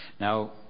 Now